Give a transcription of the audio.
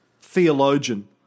theologian